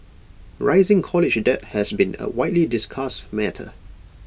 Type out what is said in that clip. rising college debt has been A widely discussed matter